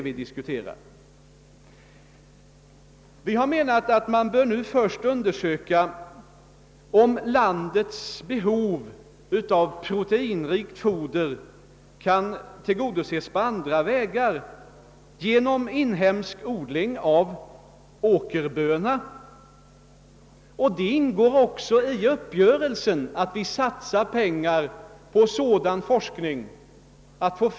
Vi anser att det först bör undersökas om landets behov av proteinrikt foder kan tillgodoses även på andra vägar än nu, t.ex. genom odling inom landet av åkerböna. Det ingår också i uppgörelsen att vi satsar pengar på forskning för att öka.